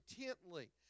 intently